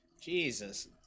Jesus